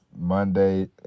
Monday